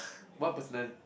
what personal